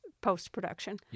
post-production